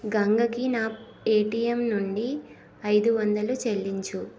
గంగకి నా పేటిఎమ్ నుండి ఐదు వందలు చెల్లించు